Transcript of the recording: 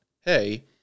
hey